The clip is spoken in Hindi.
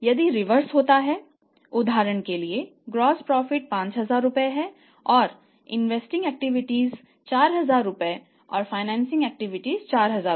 यदि रिवर्स हो रहा है उदाहरण के लिए सकल लाभ 4000 रु